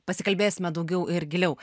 pasikalbėsime daugiau ir giliau